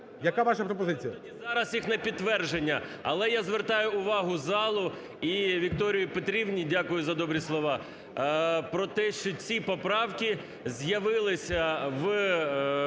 Яка ваша пропозиція?